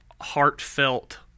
heartfelt